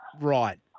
right